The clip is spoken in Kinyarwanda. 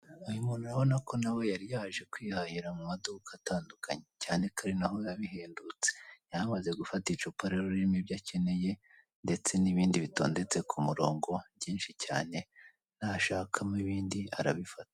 Uyu muntu urabona ko nawe yari aje kwihahira mu maduka atandukanye cyane ka ari naho biba bihendutse, yari amaze gufata icupa rero ririmo ibyo akeneye ndetse n'ibindi bitondetse ku murongo byinshi cyane nashakamo ibindi arabifata.